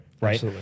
Right